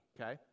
Okay